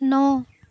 ন